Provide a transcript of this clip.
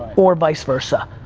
or vice versa.